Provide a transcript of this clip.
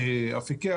כסף.